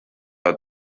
hat